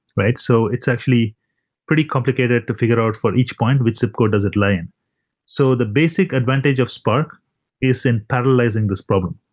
so it's actually pretty complicated to figure out for each point which zip code does it lie in. so the basic advantage of spark is in paralyzing this problem.